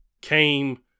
came